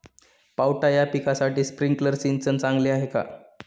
पावटा या पिकासाठी स्प्रिंकलर सिंचन चांगले आहे का?